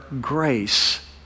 grace